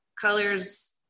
colors